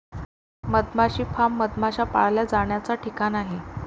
मधमाशी फार्म मधमाश्या पाळल्या जाण्याचा ठिकाण आहे